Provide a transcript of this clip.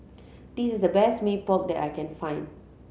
this is the best Mee Pok that I can find